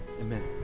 Amen